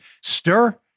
Stir